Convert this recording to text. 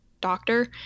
doctor